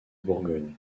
bourgogne